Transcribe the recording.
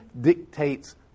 dictates